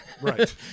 right